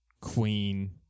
queen